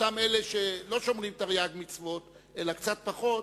אותם אלה שלא שומרים תרי"ג מצוות אלא קצת פחות,